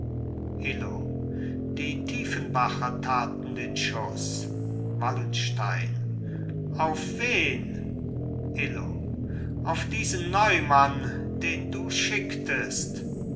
illo die tiefenbacher taten den schuß wallenstein auf wen illo auf diesen neumann den du schicktest